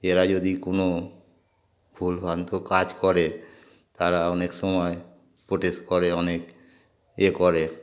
এরা যদি কোনো ভুলভ্রান্ত কাজ করে তারা অনেক সময় প্রোটেস্ট করে অনেকেই করে